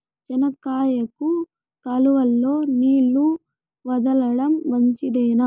చెనక్కాయకు కాలువలో నీళ్లు వదలడం మంచిదేనా?